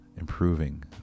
improving